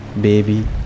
baby